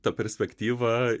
ta perspektyva